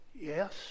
yes